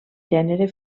gènere